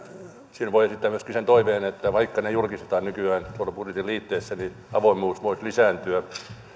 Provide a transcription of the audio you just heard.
siinä voi esittää myöskin sen toiveen että vaikka ne julkistetaan nykyään budjetin liitteessä niin avoimuus voisi lisääntyä